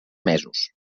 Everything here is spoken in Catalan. mesos